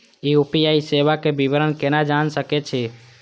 UPI सेवा के विवरण केना जान सके छी?